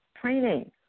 training